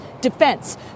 Defense